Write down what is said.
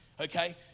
Okay